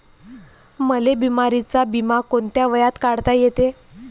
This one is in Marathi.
मले बिमारीचा बिमा कोंत्या वयात काढता येते?